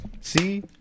See